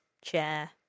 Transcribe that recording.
chair